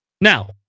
Now